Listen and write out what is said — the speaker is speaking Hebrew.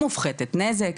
מופחתת נזק,